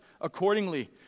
accordingly